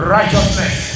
Righteousness